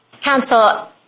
Counsel